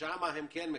שם הם כן מקיימים.